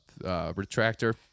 retractor